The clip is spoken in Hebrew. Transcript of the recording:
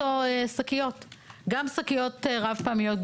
זה לא סעיף שבא לתת נו נו נו.